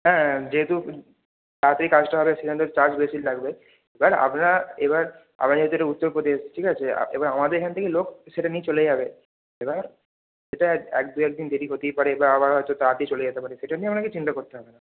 হ্যাঁ যেহেতু তাড়াতাড়ি কাজটা হবে সেখানে তো চার্জ তো বেশি লাগবে এবার আপনার এবার আপনার যেহেতু এটা উত্তরপ্রদেশ ঠিক আছে এবার আমাদের এখান থেকে লোক সেটা নিয়ে চলে যাবে এবার এটা এক দু এক দিন দেরি হতেই পারে বা আবার হয়তো তাড়াতাড়ি চলে যেতে পারে সেটা নিয়ে আপনাকে চিন্তা করতে হবে না